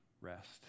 rest